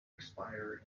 expire